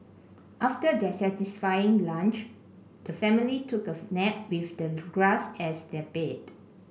after their satisfying lunch the family took of nap with the grass as their bed